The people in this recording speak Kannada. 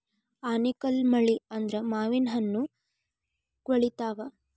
ಆನಿಕಲ್ಲ್ ಮಳಿ ಆದ್ರ ಮಾವಿನಹಣ್ಣು ಕ್ವಳಿತಾವ